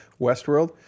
Westworld